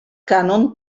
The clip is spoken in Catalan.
cànon